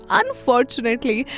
unfortunately